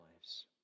lives